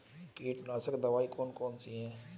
कीटनाशक दवाई कौन कौन सी हैं?